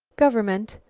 government,